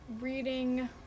reading